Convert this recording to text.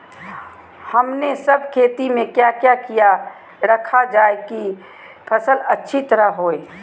हमने सब खेती में क्या क्या किया रखा जाए की फसल अच्छी तरह होई?